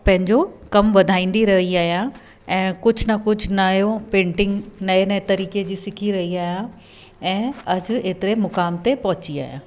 पंहिंजो कमु वधाईंदी रही आहियां ऐं कुझु न कुझु नयों पेंटिंग नए नए तरीक़े जी सिखी रही आहियां ऐं अॼु एतिरे मुक़ाम ते पहुची आहियां